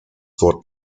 wort